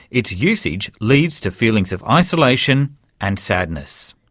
its usage leads to feelings of isolation and sadness.